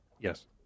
Yes